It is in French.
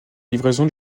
livraison